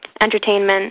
entertainment